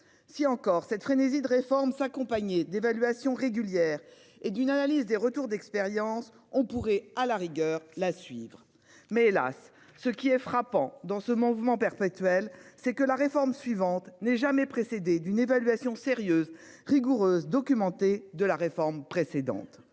si encore cette frénésie de réformes s'accompagner d'évaluation régulière et d'une analyse des retours d'expérience. On pourrait à la rigueur la suivre mais hélas ce qui est frappant dans ce mouvement perpétuel, c'est que la réforme suivante n'est jamais précédé d'une évaluation sérieuse, rigoureuse documentée de la réforme précédente.